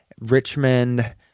Richmond